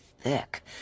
thick